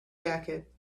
jacket